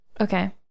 Okay